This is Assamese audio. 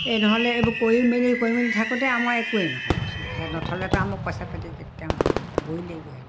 এই নহ'লে এইবোৰ কৰি মেলি কৰি মেলি থাকোঁতে আমাৰ একোৱেই নহ'বচোন সেয়া নথ'লেতো আমাক পইচা পাতি কেতিয়াও নহ'ব থ'বই লাগিব সেয়াত